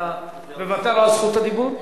אתה מוותר על זכות הדיבור?